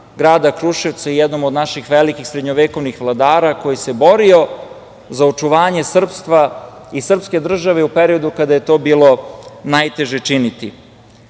grada Kruševca i jednom od naših velikih srednjevekovnih vlada, koji se borio za očuvanje srpstva i srpske države u periodu kada je to bilo najteže činiti.U